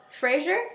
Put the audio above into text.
Frasier